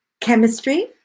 chemistry